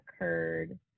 occurred